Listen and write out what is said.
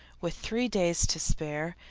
with three days to spare,